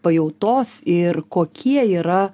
pajautos ir kokie yra